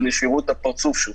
שיראו את הפרצוף שלך,